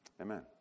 Amen